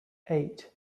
eight